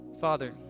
Father